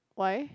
why